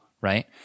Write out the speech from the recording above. right